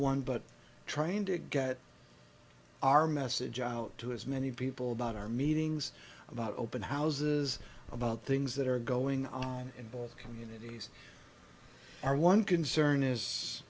one but trying to get our message out to as many people about our meetings about open houses about things that are going on in both communities are one concern is